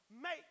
make